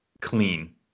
clean